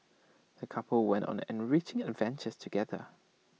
the couple went on an enriching adventure together